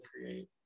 create